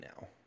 now